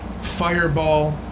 fireball